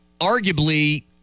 arguably